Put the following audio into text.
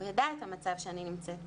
הוא ידע את המצב שאני נמצאת בו,